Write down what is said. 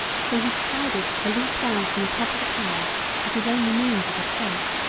so he decided to leap down from the top of the tower as his only means of escape.